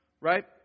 right